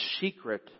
secret